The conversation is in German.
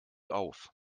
auf